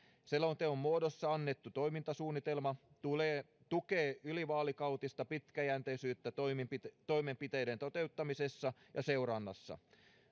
selonteon muodossa annettu toimintasuunnitelma tukee ylivaalikautista pitkäjänteisyyttä toimenpiteiden toimenpiteiden toteuttamisessa ja seurannassa